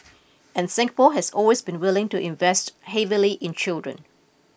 and Singapore has always been willing to invest heavily in children